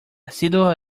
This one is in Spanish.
sido